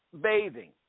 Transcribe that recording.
bathing